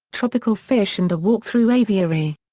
tropical fish and a walk through aviary.